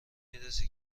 میرسه